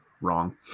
wrong